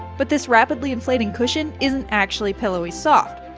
but this rapidly inflating cushion isn't actually pillowy soft.